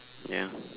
ya